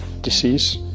disease